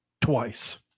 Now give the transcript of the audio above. twice